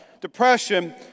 Depression